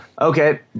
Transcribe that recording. Okay